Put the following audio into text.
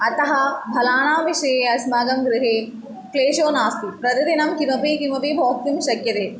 अतः फलानां विषये अस्माकं गृहे क्लेशो नास्ति प्रतिदिनं किमपि किमपि भोक्तुं शक्यते